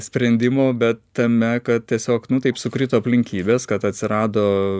sprendimų bet tame kad tiesiog nu taip sukrito aplinkybės kad atsirado